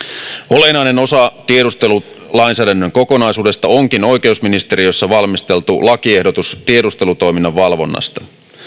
olennainen osa tiedustelulainsäädännön kokonaisuudesta onkin oikeusministeriössä valmisteltu lakiehdotus tiedustelutoiminnan valvonnasta